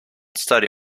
study